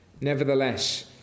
Nevertheless